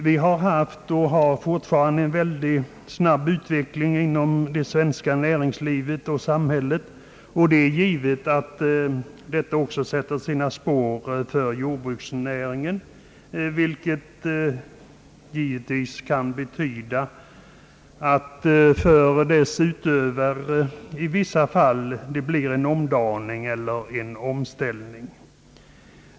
Vi har haft och har fortfarande en väldigt snabb utveckling inom <:det svenska näringslivet och samhället, något som naturligtvis också får konsekvenser för jordbruksnäringen och som för dess utövare i vissa fall kan leda till en omställning.